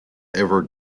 ever